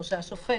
או שהשופט